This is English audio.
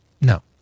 No